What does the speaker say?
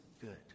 good